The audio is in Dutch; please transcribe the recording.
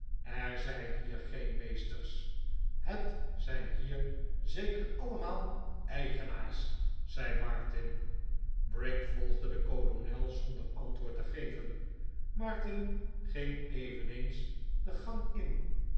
er zijn hier geen meesters het zijn hier zeker allemaal eigenaars zei martin brick volgde den kolonel zonder antwoord te geven martin ging eveneens de gang in